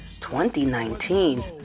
2019